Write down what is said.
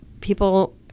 people